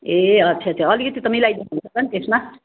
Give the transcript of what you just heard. ए अच्छा अच्छा अलिकति त मिलाइदिनु हुन्छ होला नि त्यसमा